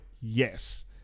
yes